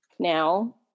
now